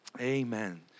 Amen